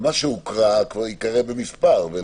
אז מה שהוקרא כבר יקרא במספר.